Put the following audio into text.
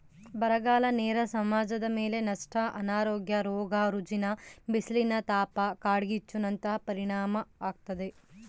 ಬರಗಾಲ ನೇರ ಸಮಾಜದಮೇಲೆ ನಷ್ಟ ಅನಾರೋಗ್ಯ ರೋಗ ರುಜಿನ ಬಿಸಿಲಿನತಾಪ ಕಾಡ್ಗಿಚ್ಚು ನಂತಹ ಪರಿಣಾಮಾಗ್ತತೆ